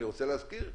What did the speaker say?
אני רוצה להזכיר,